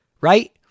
right